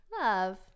love